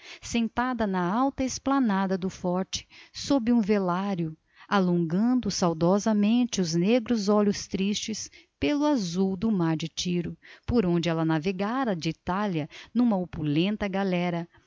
sentada na alta esplanada do forte sob um velário alongando saudosamente os negros olhos tristes pelo azul do mar de tiro por onde ela navegara de itália numa galera